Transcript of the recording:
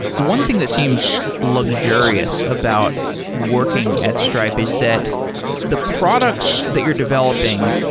one thing that seems luxurious about working at stripe is that the products that you're developing,